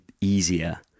easier